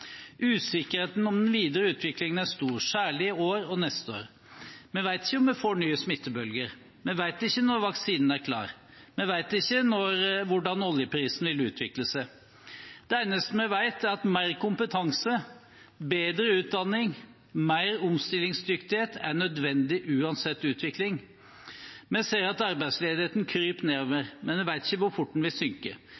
Usikkerheten om den videre utviklingen er stor, særlig i år og neste år. Vi vet ikke om vi får nye smittebølger, vi vet ikke når vaksinen er klar, vi vet ikke hvordan oljeprisen vil utvikle seg. Det eneste vi vet, er at mer kompetanse, bedre utdanning og mer omstillingsdyktighet er nødvendig uansett utvikling. Vi ser at arbeidsledigheten kryper nedover,